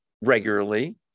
regularly